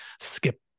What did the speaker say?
skip